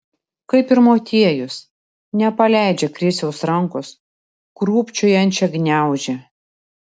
kaip ir motiejus nepaleidžia krisiaus rankos krūpčiojančią gniaužia